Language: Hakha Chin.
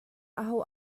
aho